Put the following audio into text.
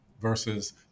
versus